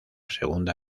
segunda